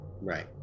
right